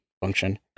function